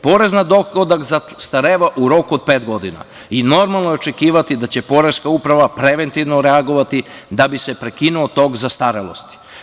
Porez na dohodak zastareva u roku od pet godina i normalno je očekivati da će Poreska uprava preventivno reagovati da bi se prekinuo tok zastarelost.